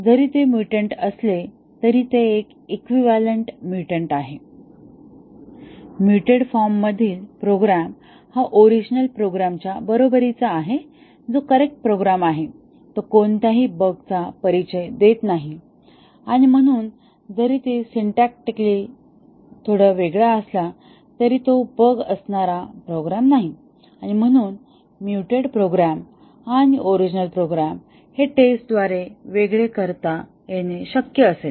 जरी ते म्युटंट असले तरी ते एक इक्विवैलन्ट म्युटंट आहे मुटेड फॉर्म मधील प्रोग्रॅम हा ओरिजिनल प्रोग्रामच्या बरोबरीचा आहे जो करेक्ट प्रोग्राम आहे तो कोणत्याही बगचा परिचय देत नाही आणि म्हणून जरी तो सिंटॅक्टिकली थोडा वेगळा असला तरी तो बग असणारा प्रोग्राम नाही आणि म्हणून मुटेड प्रोग्राम आणि ओरिजिनल प्रोग्राम हे टेस्टद्वारे वेगळे करता येणे शक्य असेल